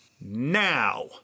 Now